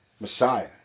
Messiah